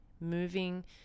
moving